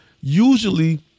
usually